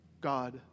God